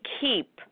keep